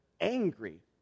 angry